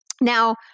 now